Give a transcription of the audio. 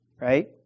right